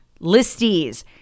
listees